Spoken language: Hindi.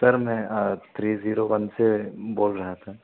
सर में थ्री ज़ीरो वन से बोल रहा था